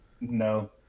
No